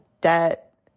debt